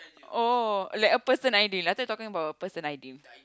oh like a person Aidil I thought you talking about a person Aidil